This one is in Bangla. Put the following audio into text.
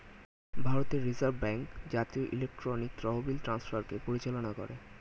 ভারতের রিজার্ভ ব্যাঙ্ক জাতীয় ইলেকট্রনিক তহবিল ট্রান্সফারকে পরিচালনা করে